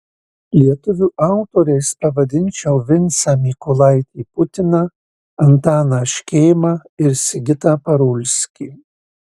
lietuvių autoriais pavadinčiau vincą mykolaitį putiną antaną škėmą ir sigitą parulskį